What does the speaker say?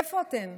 איפה אתן?